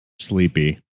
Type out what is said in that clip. sleepy